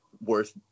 worth